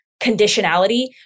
conditionality